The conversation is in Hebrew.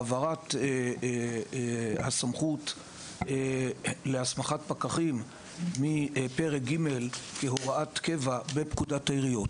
העברת הסמכות להסמכת פקחים מפרק ג' כהוראת קבע בפקודת העיריות,